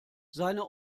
seine